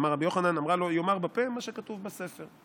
אמר רבי יוחנן, אמרה לו יאמר בפה מה שכתוב בספר"